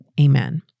Amen